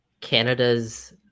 Canada's